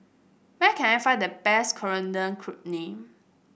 where can I find the best Coriander Chutney